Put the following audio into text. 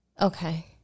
Okay